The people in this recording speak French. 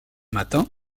matin